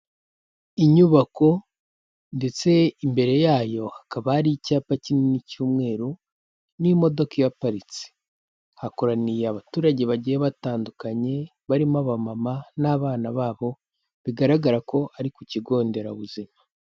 Inyubako ndetse imbere yayo hakaba hari icyapa kinini cy'umweru n'imodoka ihaparitse, hakoraniye abaturage bagiye batandukanye barimo abamama n'abana babo bigaragara ko ari ku kigo nderabuzima.